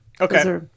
Okay